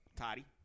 Toddy